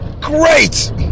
great